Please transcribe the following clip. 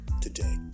Today